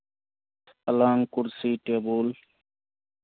पलंग कुर्सी टेबुल